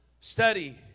study